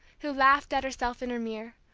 who laughed at herself in her mirror,